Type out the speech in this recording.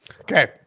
Okay